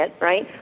right